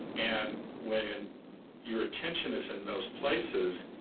and when your attention is in those places,